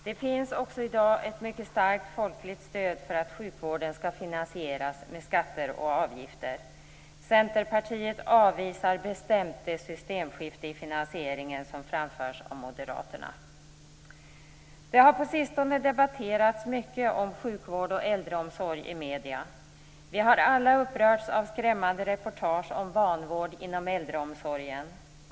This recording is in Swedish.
Det finns också i dag ett mycket starkt folkligt stöd för att sjukvården skall finansieras med skatter och avgifter. Centerpartiet avvisar bestämt det systemskifte i finansieringen som framförs av moderaterna. Sjukvård och äldreomsorg har på sistone debatterats mycket i medierna. Vi har alla upprörts av skrämmande reportage om vanvård inom äldreomsorgen.